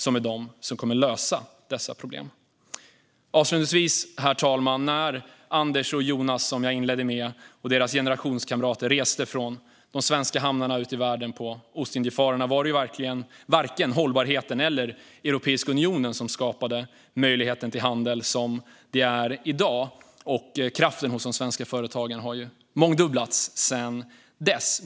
Det är de som kommer att lösa dessa problem. Herr talman! När Anders och Jonas, som jag inledde med att tala om, och deras generationskamrater reste ut i världen från de svenska hamnarna på Ostindiefararna var det varken hållbarhet eller Europeiska unionen som skapade möjligheten till handel, som det är i dag. Kraften hos de svenska företagen har mångdubblats sedan dess.